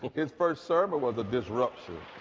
but his first sermon was a disruption.